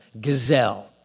Gazelle